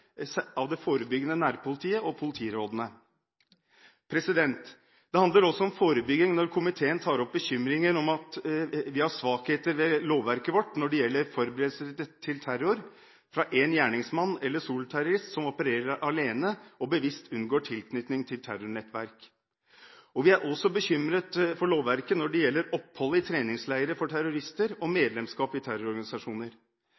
av det forebyggende nærpolitiet og politirådene. Det handler også om forebygging når komiteen tar opp bekymringer om at vi har svakheter ved lovverket vårt når det gjelder forberedelser til terror fra én gjerningsmann, eller soloterrorist, som opererer alene og bevisst unngår tilknytning til terrornettverk. Vi er også bekymret for lovverket når det gjelder opphold i treningsleirer for terrorister og